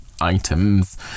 items